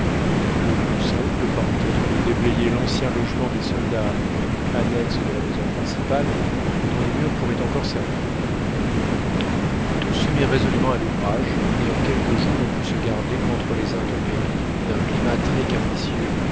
le plus simple parut être de déblayer l'ancien logement des soldats annexe de la maison principale dont les murs pourraient encore servir tous se mirent résolument à l'ouvrage et en quelques jours on put se garder contre les intempéries d'un climat très capricieux